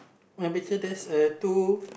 maybe there's uh two